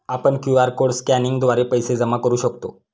आपण QR code स्कॅनिंगद्वारे पैसे जमा करू शकतो